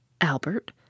Albert